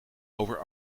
over